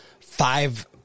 five